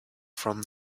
from